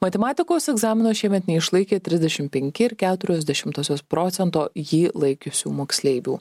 matematikos egzamino šiemet neišlaikė trisdešim penki ir keturios dešimtosios procento jį laikiusių moksleivių